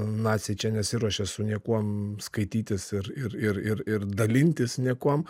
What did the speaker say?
naciai čia nesiruošia su niekuom skaitytis ir ir ir ir dalintis niekuom